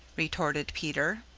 retorted peter.